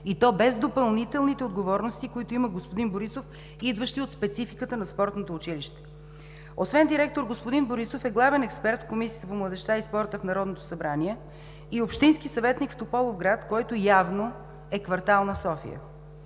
и то без допълнителните отговорности, които има господин Борисов, идващи от спецификата на спортното училище. Освен директор, господин Борисов е главен експерт в Комисията по младежта и спорта в Народното събрание и общински съветник в Тополовград, който явно е квартал на София